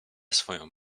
swoją